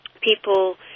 people